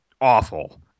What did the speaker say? awful